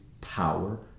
power